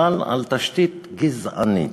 אבל על תשתית גזענית.